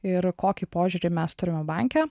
ir kokį požiūrį mes turime banke